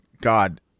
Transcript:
God